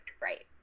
Right